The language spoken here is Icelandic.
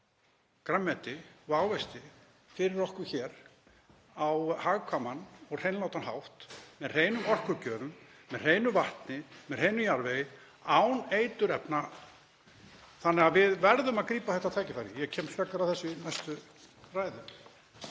grænmeti og ávexti fyrir okkur hér á hagkvæman og hreinlátan hátt með hreinum orkugjöfum, með hreinu vatni, með hreinum jarðvegi, án eiturefna þannig að við verðum að grípa þetta tækifæri. Ég kem frekar að þessu í næstu ræðu.